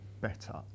better